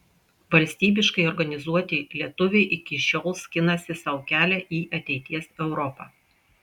valstybiškai organizuoti lietuviai iki šiol skinasi sau kelią į ateities europą